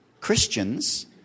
Christians